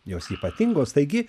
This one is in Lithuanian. jos ypatingos taigi